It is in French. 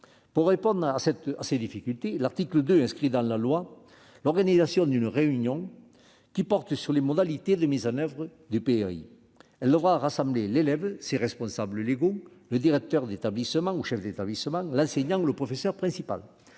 Pour répondre à ces difficultés, l'article 2 prévoit l'organisation d'une réunion portant sur les modalités de mise en oeuvre du PAI. Celle-ci devra rassembler l'élève, ses responsables légaux, le directeur ou le chef d'établissement, ainsi que l'enseignant ou le professeur principal.